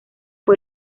fue